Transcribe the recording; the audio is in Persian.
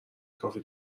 کافی